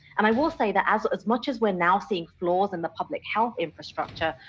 and i will say that as as much as we're now seeing flaws in the public health infrastructure,